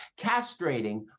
Castrating